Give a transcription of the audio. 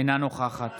אינה נוכחת